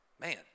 Man